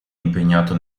impegnato